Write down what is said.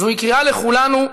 זוהי קריאה לכולנו,